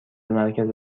مرکز